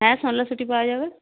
হ্যাঁ পাওয়া যাবে